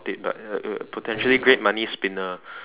it but uh uh potentially great money spinner